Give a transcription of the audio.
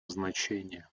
значение